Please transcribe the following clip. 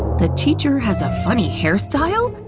the teacher has a funny hairstyle!